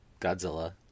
Godzilla